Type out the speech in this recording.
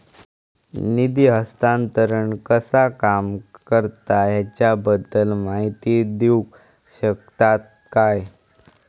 निधी हस्तांतरण कसा काम करता ह्याच्या बद्दल माहिती दिउक शकतात काय?